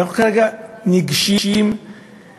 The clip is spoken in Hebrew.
אבל אנחנו כרגע ניגשים לפתרונות